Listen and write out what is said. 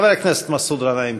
חבר הכנסת מסעוד גנאים,